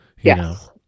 yes